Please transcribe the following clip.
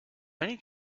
many